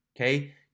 Okay